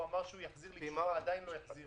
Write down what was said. הוא אמר שיחזיר לי תשובה ועדיין לא חזר אליי.